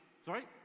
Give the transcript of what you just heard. Sorry